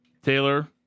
Taylor